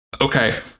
Okay